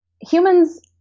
humans